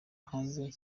hanze